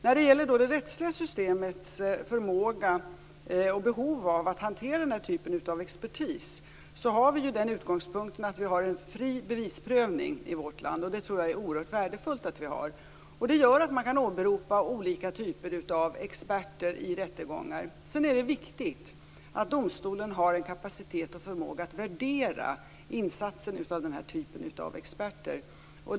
Vad gäller det rättsliga systemets förmåga och behov av att hantera den här typen av expertis är vår utgångspunkt att vi har en fri bevisprövning i vårt land. Det är tror jag är mycket värdefullt. Det gör att man kan åberopa olika typer av experter i rättegångar. Men sedan är det viktigt att domstolen har kapacitet och förmåga att värdera dessa experters insatser.